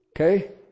Okay